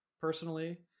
personally